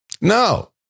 No